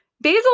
Basil